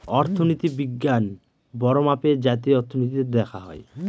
অর্থনীতি বিজ্ঞান বড়ো মাপে জাতীয় অর্থনীতিতে দেখা হয়